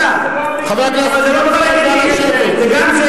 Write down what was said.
גם זה